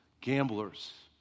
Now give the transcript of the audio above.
gamblers